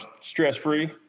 stress-free